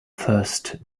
first